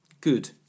Good